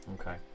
Okay